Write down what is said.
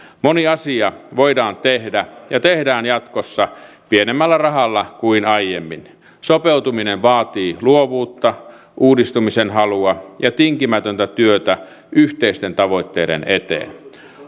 moni asia voidaan tehdä ja tehdään jatkossa pienemmällä rahalla kuin aiemmin sopeutuminen vaatii luovuutta uudistumisen halua ja tinkimätöntä työtä yhteisten tavoitteiden eteen